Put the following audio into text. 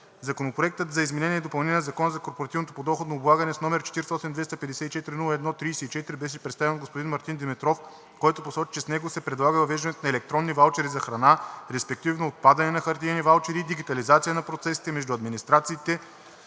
Законопроектът за изменение и допълнение на Закона за корпоративното подоходно облагане, № 48-254-01-34, беше представен от господин Мартин Димитров, който посочи, че с него се предлага въвеждането на електронни ваучери за храна, респективно отпадане на хартиените ваучери и дигитализация на процесите между администрациите